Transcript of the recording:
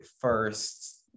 first